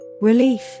Relief